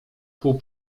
pół